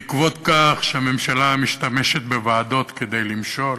בעקבות כך שהממשלה משתמשת בוועדות כדי למשול.